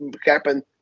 happen